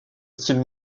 style